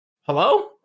hello